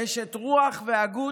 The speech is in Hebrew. אשת רוח והגות,